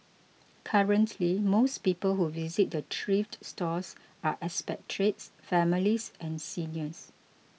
currently most people who visit the thrift stores are expatriates families and seniors